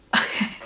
Okay